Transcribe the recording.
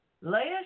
last